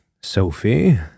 Sophie